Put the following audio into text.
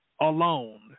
alone